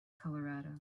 colorado